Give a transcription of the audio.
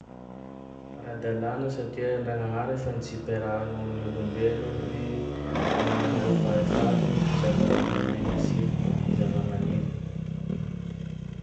Ara-dalàna satria Ndragnahary fa nitsipirano ny olombelo hoe: " Anagnanareo fahefa ny zava-manan'aina sy zava-maniry."